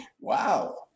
Wow